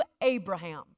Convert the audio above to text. Abraham